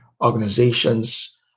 organizations